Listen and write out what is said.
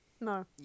No